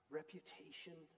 reputation